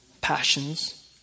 Passions